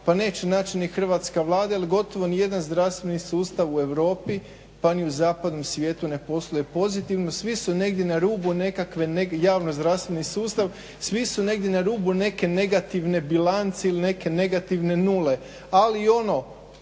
pa neće naći ni hrvatska Vlada, il gotovo nijedan zdravstveni sustav u Europi pa ni u zapadnom svijetu ne posluje pozitivno. Svi su negdje na rubu nekakve javnozdravstveni sustav, svi su